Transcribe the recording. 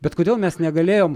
bet kodėl mes negalėjom